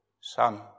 Son